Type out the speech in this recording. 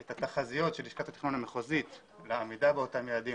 את התחזיות של לשכת התכנון המחוזית לעמידה באותם יעדים,